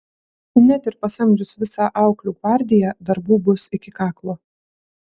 net ir pasamdžius visą auklių gvardiją darbų bus iki kaklo